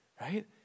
right